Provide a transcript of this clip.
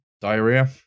diarrhea